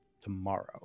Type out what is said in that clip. tomorrow